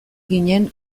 ginen